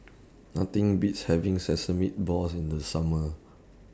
Nothing Beats having Sesame Balls in The Summer